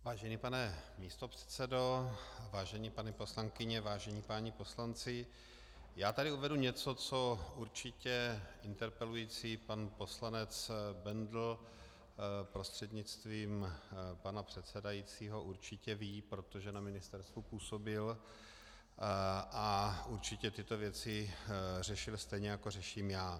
Vážený pane místopředsedo, vážené paní poslankyně, vážení páni poslanci, uvedu tady něco, co interpelující pan poslanec Bendl prostřednictvím pana předsedajícího určitě ví, protože na ministerstvu působil a určitě tyto věci řešil stejně, jako řeším já.